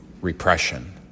repression